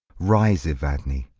rise evadne,